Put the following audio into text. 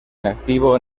inactivo